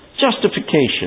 Justification